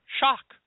shock